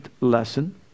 lesson